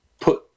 put